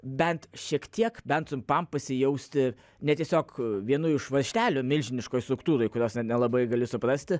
bent šiek tiek bent trumpam pasijausti ne tiesiog vienu iš varžtelių milžiniškoj struktūroj kurios nelabai gali suprasti